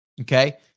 okay